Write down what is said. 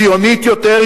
ציונית יותר,